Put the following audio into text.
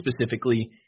specifically